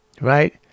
Right